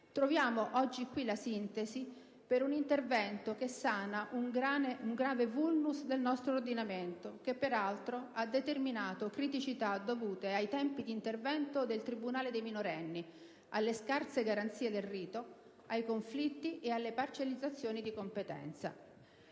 troviamo oggi qui la sintesi per un intervento che sana un grave *vulnus* del nostro ordinamento, che peraltro ha determinato criticità dovute ai tempi di intervento del tribunale dei minorenni, alle scarse garanzie del rito, ai conflitti e alle parcellizzazioni di competenza.